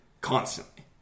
constantly